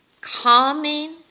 calming